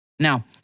Now